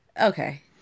Okay